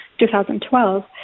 2012